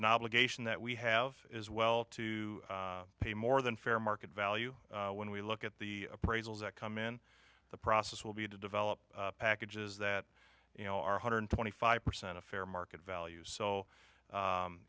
an obligation that we have as well to pay more than fair market value when we look at the appraisals that come in the process will be to develop packages that you know are one hundred twenty five percent of fair market value so